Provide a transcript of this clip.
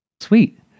Sweet